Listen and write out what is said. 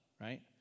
right